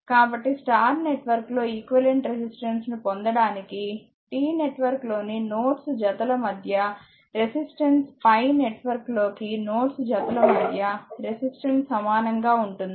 కాబట్టి star network లో equivalent resistance ను పొందటానికి T నెట్వర్క్ లోని నోడ్స్ జత ల మధ్య రెసిస్టెన్స్ 'పై' నెట్వర్క్ లోని నోడ్స్ జత ల మధ్య రెసిస్టెన్స్ సమానం గా ఉంటుంది